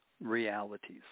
realities